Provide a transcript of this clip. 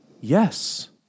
Yes